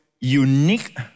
unique